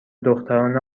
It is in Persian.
دختران